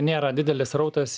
nėra didelis srautas